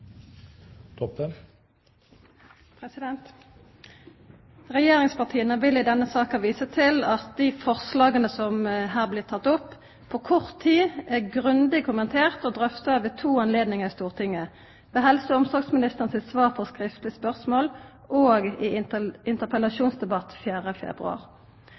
Regjeringspartia vil i denne saka visa til at dei forslaga som her blir tekne opp, på kort tid er grundig kommenterte og drøfta ved to anledningar i Stortinget – ved helse- og omsorgsministeren sitt svar på skriftleg spørsmål og i interpellasjonsdebatt 4. februar.